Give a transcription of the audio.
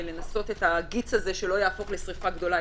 ולנסות שהגיץ הזה לא יהפוך לשריפה גדולה,